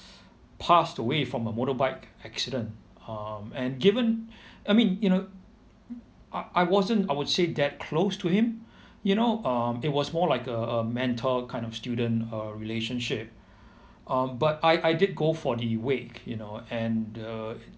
passed away from a motorbike accident um and given I mean you know I I wasn't I would say that close to him you know um it was more like a a mentor kind of student uh relationship um but I I did go for the wake you know and uh